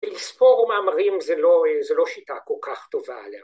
‫לספור מאמרים זה לא שיטה ‫כל כך טובה לראות.